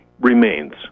remains